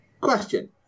Question